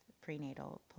prenatal